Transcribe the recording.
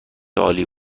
عالی